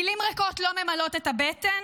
מילים ריקות לא ממלאות את הבטן,